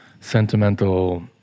sentimental